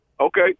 Okay